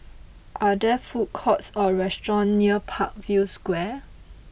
are there food courts or restaurants near Parkview Square